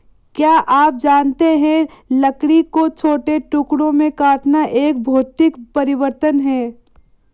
क्या आप जानते है लकड़ी को छोटे टुकड़ों में काटना एक भौतिक परिवर्तन है?